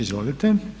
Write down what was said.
Izvolite.